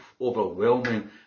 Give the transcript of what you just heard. overwhelming